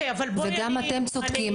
וגם אתם צודקים,